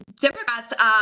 Democrats